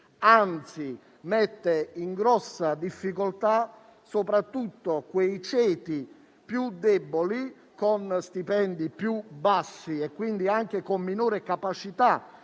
anzi, mette in grossa difficoltà soprattutto i ceti più deboli, con stipendi più bassi e quindi anche con minore capacità